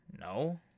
No